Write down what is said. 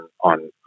on